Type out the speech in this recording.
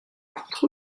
contre